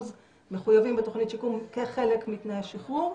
מחויבים בתוכנית שיקום כחלק מתנאי השחרור,